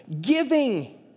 Giving